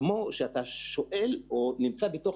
אלא על ידי כך שאתה שואל או נמצא בתוך